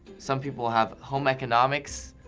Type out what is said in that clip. some people have home economics.